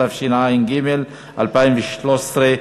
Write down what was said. התשע"ג 2013,